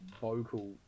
vocal